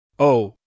Oh